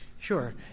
Sure